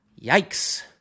Yikes